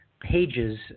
pages